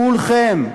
כולכם.